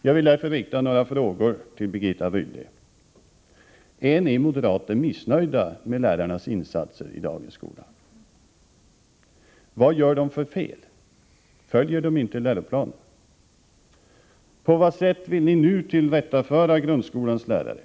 Jag vill därför rikta några frågor till Birgitta Rydle: Är ni moderater missnöjda med lärarnas insatser i dagens skola? Vad gör de för fel, följer de inte läroplanen? På vad sätt vill ni nu tillrättaföra grundskolans lärare?